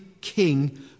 king